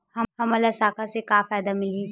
हमन ला खाता से का का फ़ायदा मिलही?